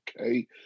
Okay